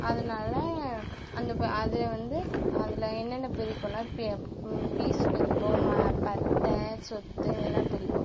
அதனால அந்த ப அதை வந்து அதில் என்னென்ன பிரிப்போன்னா பி பீஸ் பிரிப்போம் ம பத்த சொத்தை இது எல்லாம் பிரிப்போம்